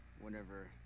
whenever